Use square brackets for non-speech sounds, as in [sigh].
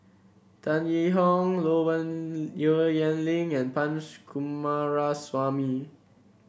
Tan Yee Hong Low [unintelligible] Yen Ling and Punch Coomaraswamy